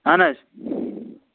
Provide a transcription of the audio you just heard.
اہن حظ